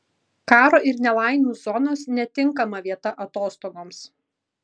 karo ir nelaimių zonos netinkama vieta atostogoms